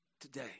today